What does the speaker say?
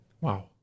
Wow